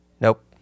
nope